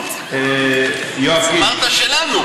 אמרת: שלנו.